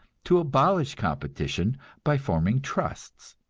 to abolish competition by forming trusts.